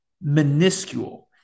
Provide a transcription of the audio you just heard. minuscule